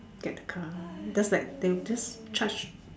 get the car just like they'll just charge